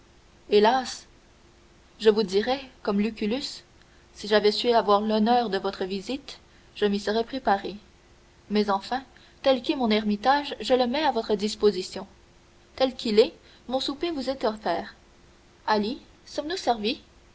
hélas je vous dirai comme lucullus si j'avais su avoir l'honneur de votre visite je m'y serais préparé mais enfin tel qu'est mon ermitage je le mets à votre disposition tel qu'il est mon souper vous est offert ali sommes-nous servis